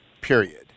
period